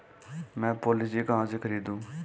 मैं पॉलिसी कहाँ से खरीदूं?